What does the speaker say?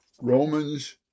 Romans